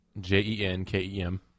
J-E-N-K-E-M